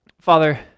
Father